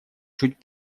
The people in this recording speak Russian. чуть